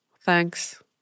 Thanks